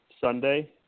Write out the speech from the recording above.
Sunday